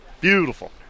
Beautiful